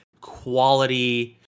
quality